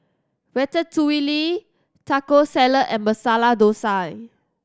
Ratatouille Taco Salad and Masala Dosa